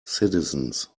citizens